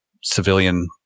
civilian